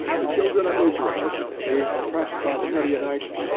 the children of israel being oppressed by the midianites,